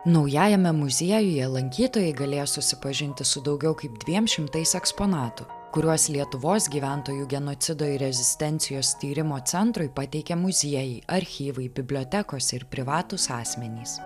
naujajame muziejuje lankytojai galėjo susipažinti su daugiau kaip dviem šimtais eksponatų kuriuos lietuvos gyventojų genocido ir rezistencijos tyrimo centrui pateikia muziejai archyvai bibliotekos ir privatūs asmenys